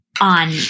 on